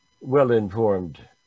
well-informed